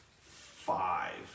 five